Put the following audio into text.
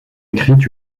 écrite